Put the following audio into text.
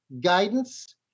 guidance